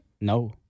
No